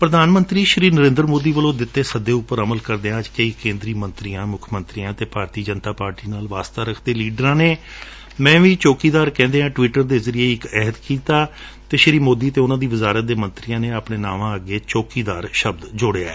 ਪ੍ਧਾਨ ਮੰਤਰੀ ਨਰੇਂਦਰ ਮੋਦੀ ਵੱਲੋਂ ਦਿੱਤੇ ਸੱਦੇ ਉਪਰ ਅਮਲ ਕਰਦਿਆਂ ਅੱਜ ਕਈ ਕੇਂਦਰੀ ਮੰਤਰੀਆਂ ਮੁੱਖ ਮੰਤਰੀਆਂ ਅਤੇ ਭਾਰਤੀ ਜਨਤਾ ਪਾਰਟੀ ਨਾਲ ਵਾਸਤਾ ਰੱਖਦੇ ਲੀਡਰਾਂ ਦੇ ਮੈਂ ਵੀ ਚੌਕੀਦਾਰ ਕਹਿੰਦਿਆਂ ਟਵੀਟ ਦੇ ਜ਼ਰੀਏ ਇਕ ਅਹਿਦ ਕੀਤਾ ਅਤੇ ਸ੍ੀ ਮੋਦੀ ਅਤੇ ਉਨੂਾਂ ਦੀ ਵਜ਼ਾਰਤ ਦੇ ਮੰਤਰੀਆਂ ਨੇ ਆਪਣੇ ਨਾਵਾਂ ਚੌਕੀਦਾਰ ਸਬਦ ਜੋੜਿਐ